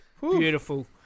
beautiful